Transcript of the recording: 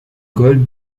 gold